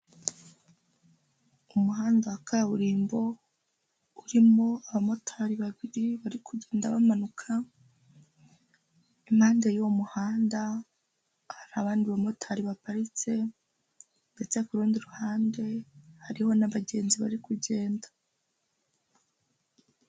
Umuhanda wa kaburimbo urimo abamotari babiri bari kugenda bamanuka, impande y'uwo muhanda hari abandi bamotari baparitse ndetse ku rundi ruhande hariho n'abagenzi bari kugenda.